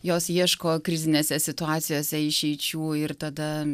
jos ieško krizinėse situacijose išeičių ir tada